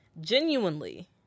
genuinely